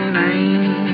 name